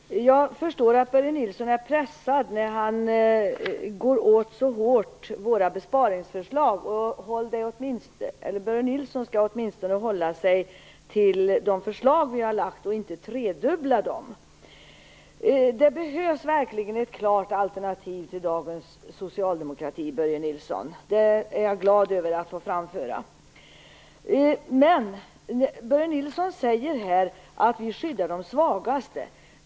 Fru talman! Jag förstår att Börje Nilsson är pressad när han så hårt går åt våra besparingsförslag. Börje Nilsson skall åtminstone hålla sig till de förslag vi har lagt fram och inte tredubbla dem. Det behövs verkligen ett klart alternativ till dagens socialdemokrati, Börje Nilsson. Det är jag glad över att få framföra. Börje Nilsson säger här att vi skyddar de svagaste.